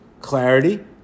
clarity